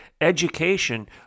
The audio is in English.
education